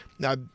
Now